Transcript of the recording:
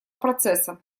процесса